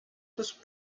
peus